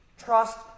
trust